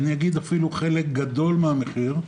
אגיד אפילו: חלק גדול מן המחיר.